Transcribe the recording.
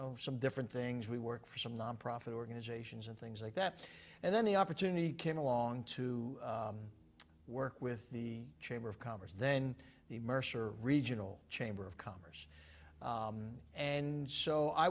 know some different things we work for some nonprofit organizations and things like that and then the opportunity came along to work with the chamber of commerce then the mercer regional chamber of commerce and so i